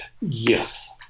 Yes